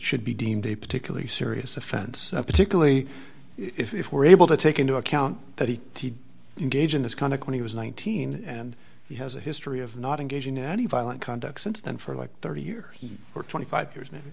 should be deemed a particularly serious offense particularly if we're able to take into account that he engaged in this kind of when he was nineteen and he has a history of not engaging in any violent conduct since then for like thirty year or twenty five years now